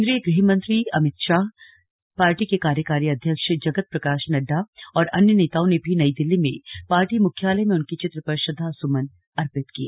केंद्रीय गृहमंत्री अमित शाह पार्टी के कार्यकारी अध्यक्ष जगत प्रकाश नड्डा और अन्य नेताओं ने भी नई दिल्ली में पार्टी मुख्यालय में उनके चित्र पर श्रद्धा सुमन अर्पित किए